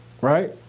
right